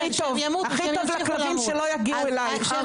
הכי טוב, הכי טוב לכלבים שלא יגיעו אלייך.